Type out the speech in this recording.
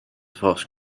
fast